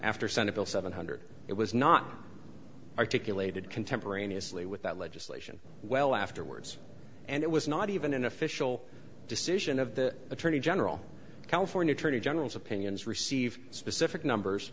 after senate bill seven hundred it was not articulated contemporaneously with that legislation well afterwards and it was not even an official decision of the attorney general of california attorney general's opinions received specific numbers